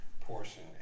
portion